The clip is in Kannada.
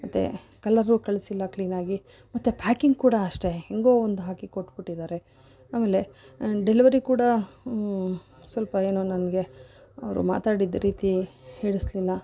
ಮತ್ತೆ ಕಲ್ಲರು ಕಳಿಸಿಲ್ಲ ಕ್ಲೀನಾಗಿ ಮತ್ತೆ ಪ್ಯಾಕಿಂಗ್ ಕೂಡ ಅಷ್ಟೇ ಹೇಗೋ ಒಂದು ಹಾಕಿ ಕೊಟ್ಬಿಟ್ಟಿದ್ದಾರೆ ಆಮೇಲೆ ಡೆಲಿವರಿ ಕೂಡ ಸ್ವಲ್ಪ ಏನೂ ನನಗೆ ಅವರು ಮಾತಾಡಿದ ರೀತಿ ಹಿಡಿಸಲಿಲ್ಲ